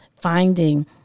finding